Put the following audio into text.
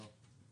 לא.